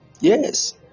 Yes